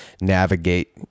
navigate